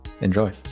enjoy